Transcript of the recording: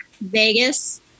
Vegas